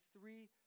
three